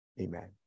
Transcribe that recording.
amen